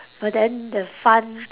but then the fun